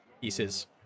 pieces